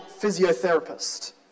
physiotherapist